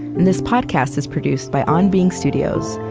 and this podcast is produced by on being studios,